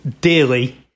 dearly